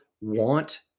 want